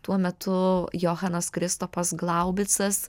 tuo metu johanas kristupas glaubicas